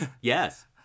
Yes